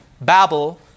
Babel